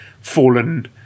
fallen